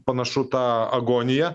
panašu tą agoniją